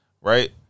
right